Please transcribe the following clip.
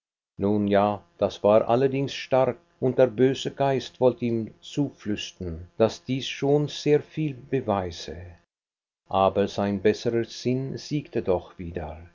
abzutreten nun ja das war allerdings stark und der böse geist wollte ihm zuflüstern daß dies schon sehr viel beweise aber sein besserer sinn siegte doch wieder